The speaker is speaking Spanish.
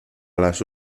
las